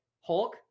Hulk